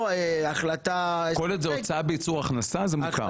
פה החלטה- - כל עוד זו הוצאה בייצור הוצאה זה מוכר.